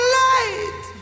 light